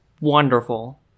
wonderful